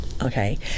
okay